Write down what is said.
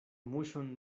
muŝon